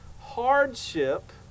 Hardship